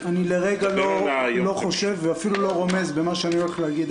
אני לרגע לא חושב ולא רומז במה שאני עומד להגיד